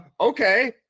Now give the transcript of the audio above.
okay